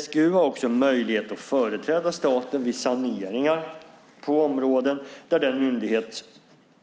SGU har också möjlighet att företräda staten vid saneringar på områden där den myndighet